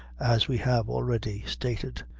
as we have already stated.